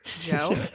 Joe